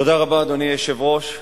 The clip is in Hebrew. תודה רבה, אדוני היושב-ראש.